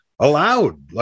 allowed